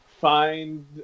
find